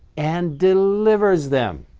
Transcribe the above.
and delivers them.